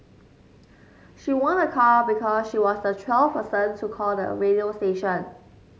she won a car because she was the twelfth person to call the radio station